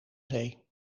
zee